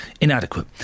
inadequate